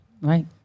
Right